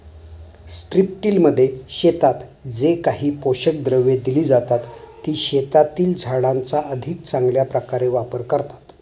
स्ट्रिपटिलमध्ये शेतात जे काही पोषक द्रव्ये दिली जातात, ती शेतातील झाडांचा अधिक चांगल्या प्रकारे वापर करतात